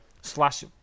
Slash